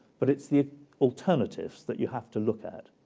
but it's the alternatives that you have to look at.